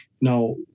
Now